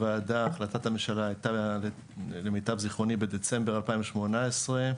בהחלטת ממשלה בדצמבר 2018,